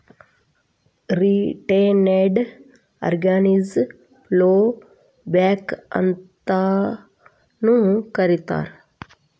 retained earnings ನ ploughback ಅಂತಾನೂ ಕರೇತಾರ